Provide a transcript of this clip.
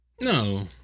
no